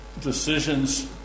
decisions